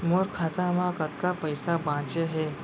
मोर खाता मा कतका पइसा बांचे हे?